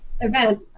event